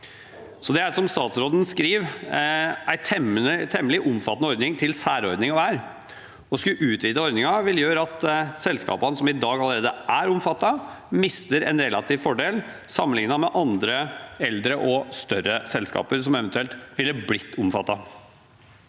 Det er, som statsråden skriver, en temmelig omfattende ordning til særordning å være, og å skulle utvide ordningen vil gjøre at selskapene som i dag allerede er omfattet, mister en relativ fordel sammenlignet med andre eldre og større selskaper som eventuelt vil bli omfattet.